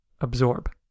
Absorb